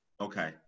Okay